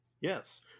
yes